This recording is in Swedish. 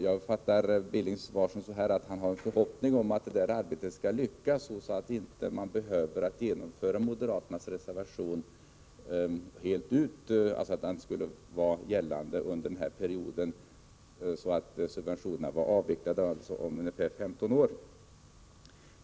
Jag förstår Knut Billings uttalande så, att han hyser en förhoppning om att detta arbete skall lyckas, så att man inte behöver genomföra moderaternas reservation fullt ut — alltså att denna ordning skulle vara gällande under den här perioden och subventionerna var avvecklade om ungefär 15 år.